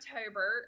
October